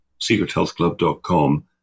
secrethealthclub.com